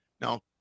Now